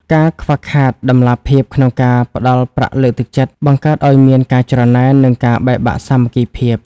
ការខ្វះខាតតម្លាភាពក្នុងការផ្ដល់ប្រាក់លើកទឹកចិត្ត បង្កើតឱ្យមានការច្រណែន និងការបែកបាក់សាមគ្គីភាព។